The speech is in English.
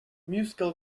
musical